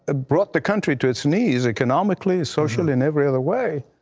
ah brought the country to its knees, economically, socially, and every other way,